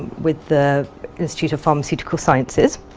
with the institute of pharmaceutical sciences.